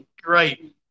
great